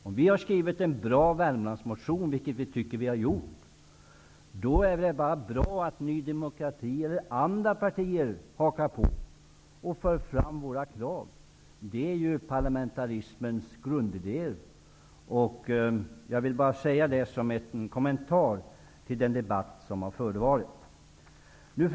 Om vi har skrivit en bra Värmlandsmotion -- vilket vi tycker att vi har gjort -- är det bara bra om Ny demokrati eller andra partier hakar på och för fram kraven i den. Det är ju parlamentarismens grundidé. Jag vill bara säga det som en kommentar till den debatt som här har förts. Herr talman!